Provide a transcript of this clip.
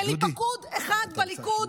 אין לי פקוד אחד בליכוד.